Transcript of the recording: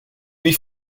wie